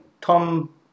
Tom